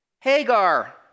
Hagar